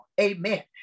Amen